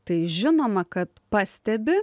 tai žinoma kad pastebi